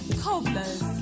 Cobblers